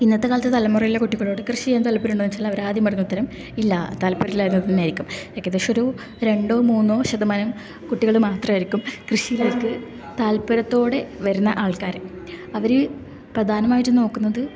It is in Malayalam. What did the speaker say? ഇന്നത്തെ കാലത്തെ തലമുറയിലെ കുട്ടികളോട് കൃഷിചെയ്യാൻ താൽപര്യമുണ്ടോന്ന് ചോദിച്ചാൽ അവരാദ്യം പറയുന്ന ഉത്തരം ഇല്ല താൽപര്യമില്ലാന്ന് തന്നെയായിരിക്കും ഏകദേശം ഒരു രണ്ടോ മൂന്നോ ശതമാനം കുട്ടികൾ മാത്രമായിരിക്കും കൃഷിയിലേക്ക് താല്പര്യത്തോടെ വരുന്ന ആൾക്കാർ അവർ പ്രധാനമായിട്ടും നോക്കുന്നത്